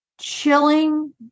chilling